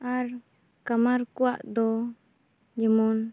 ᱟᱨ ᱠᱟᱢᱟᱨ ᱠᱚᱭᱟᱜ ᱫᱚ ᱡᱮᱢᱚᱱ